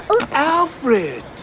Alfred